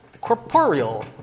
corporeal